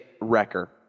Wrecker